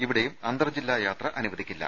ഇവിടെയും അന്തർജില്ലാ യാത്ര അനുവദിക്കില്ല